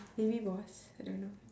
baby boss I don't know